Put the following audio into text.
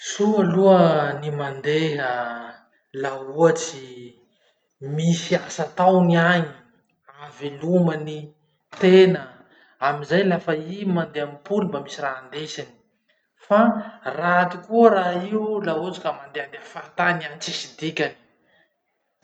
Soa aloha ny mandeha laha ohatsy misy asa atao ny agny, ahavelomany tena, amizay lafa i mandeha mipoly mba misy raha andesiny. Fa raty koa raha io laha ohatsy ka mandehandeha fahatany any tsisy dikany.